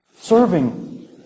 Serving